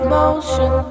motion